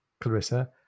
Clarissa